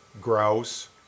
grouse